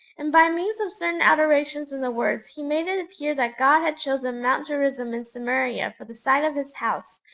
and by means of certain alterations in the words he made it appear that god had chosen mount gerizim in samaria for the site of his house,